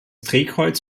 drehkreuz